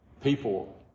People